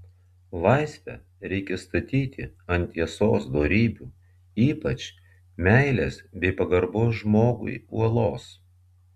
laisvę reikia statyti ant tiesos dorybių ypač meilės bei pagarbos žmogui uolos